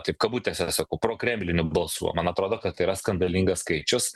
taip kabutėse sakau prokremlinių balsų man atrodo kad tai yra skandalingas skaičius